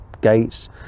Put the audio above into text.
Gates